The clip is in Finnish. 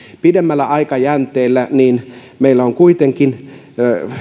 pidemmällä aikajänteellä meillä on kuitenkin